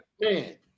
man